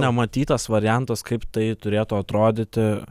nematytas variantas tai turėtų atrodyti